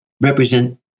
represent